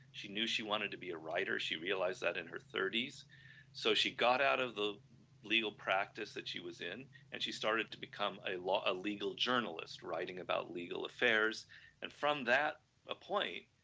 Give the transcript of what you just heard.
she knew she wanted to be a writer, she realize that in her thirty s so, she got out of the legal practice that she was in and she started to become a legal journalist writing about legal affairs and from that ah point,